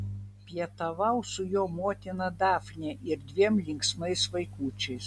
pietavau su jo motina dafne ir dviem linksmais vaikučiais